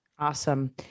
Awesome